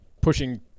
pushing